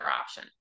option